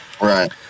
right